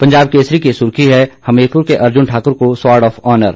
पंजाब केसरी की सुर्खी है हमीरपुर के अर्जुन ठाकुर को स्वार्ड ऑफ ऑनर